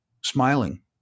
smiling